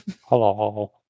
Hello